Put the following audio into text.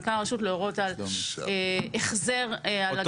מנכ"ל הרשות להורות על החזר על אגרה.